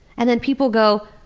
and then people go,